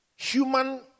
human